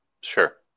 sure